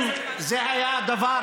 תשמעי דברים